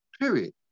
period